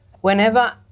whenever